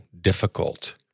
difficult